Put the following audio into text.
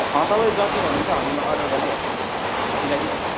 तपाईँ जति भन्नुहुन्छ हामी अर्डर गरिदिई हाल्छौँ मिलाई दिइहाल्छौँ